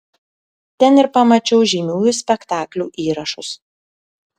ten ir pamačiau žymiųjų spektaklių įrašus